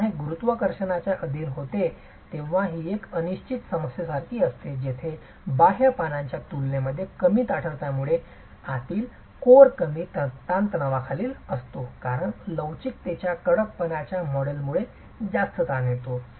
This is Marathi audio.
जेव्हा हे गुरुत्वाकर्षणाच्या अधीन होते तेव्हा ही एक अनिश्चित समस्येसारखी असते जेथे बाह्य पानांच्या तुलनेत कमी ताठरपणामुळे आतील कोर कमी ताणतणावाखाली असतो कारण लवचिकतेच्या कडकपणाच्या मॉडेलमुळे जास्त ताण येतो